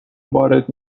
وارد